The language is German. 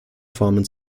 formen